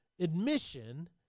admission